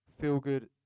feel-good